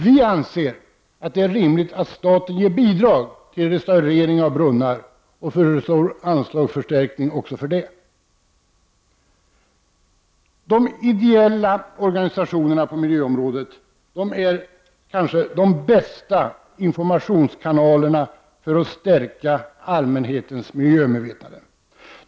Vi anser att det är rimligt att staten ger bidrag till restaurering av brunnar och föreslår anslagsförstärkning för detta. De ideella organisationerna på miljöområdet är kanske de bästa informationskanalerna för att stärka allmänhetens miljömedvetande.